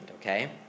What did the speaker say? okay